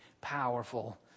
powerful